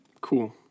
Cool